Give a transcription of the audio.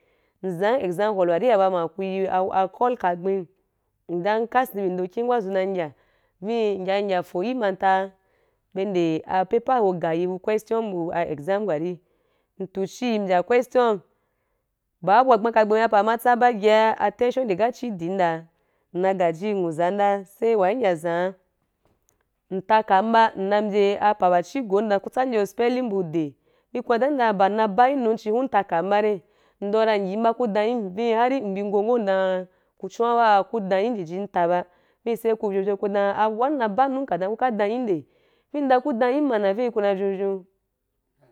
Nzan i exam hall wa ria bama ku yi ah a call ka gbam ndan nka sen bi neto kun zun dam n ya vii n ya fo i mantsa be nde a paper ho gai bu question bu a exam wa ri ntu chii mbya question ba abu wa gbaa ka gbari ba pa ama tsaba ge wa attention ri ga chi din nda nna ga ji nwuzam ndan sai wa n’ ya zam’a nta kam ba nna mbya apa wa di gom dam ku tsam yo a spelling bu the vii ku dan yin dan a spellin bu the vii ku dan yin dan ba nna ba ki num chiu nta kam ba rai ndom ra n yim ba ku don yin vii har mbi ngo ngo dan’u ku chun wa ku don yin nta ba vii sai ku vyou vyou, ku dan abua nna ba num u ka don be dan yim nde vii ndan ku dan yim mana vii ku na ri vyou vyou.